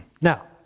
Now